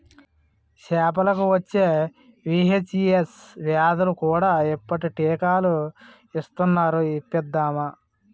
చేపలకు వచ్చే వీ.హెచ్.ఈ.ఎస్ వ్యాధులకు కూడా ఇప్పుడు టీకాలు ఇస్తునారు ఇప్పిద్దామా